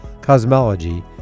cosmology